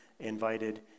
invited